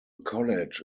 college